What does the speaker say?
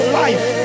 life